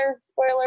spoiler